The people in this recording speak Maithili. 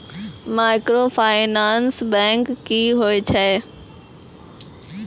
माइक्रोफाइनांस बैंक की होय छै?